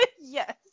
Yes